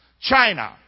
China